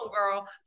girl